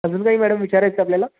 अजून काही मॅडम विचारायचं आहे आपल्याला